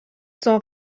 sont